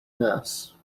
nurse